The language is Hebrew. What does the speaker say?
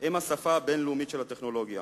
הם השפה הבין-לאומית של הטכנולוגיה.